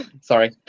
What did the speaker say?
Sorry